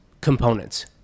components